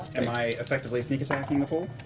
am i effectively sneak attacking the fool?